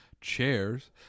chairs